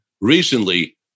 recently